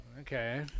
Okay